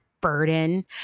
burden